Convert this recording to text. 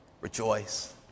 rejoice